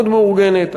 מאוד מאורגנת.